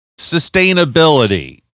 sustainability